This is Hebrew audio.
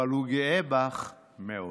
אבל הוא גאה בך מאוד.